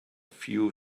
few